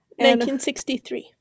1963